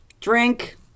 Drink